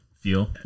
feel